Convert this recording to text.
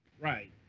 Right